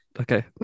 Okay